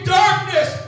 darkness